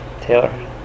Taylor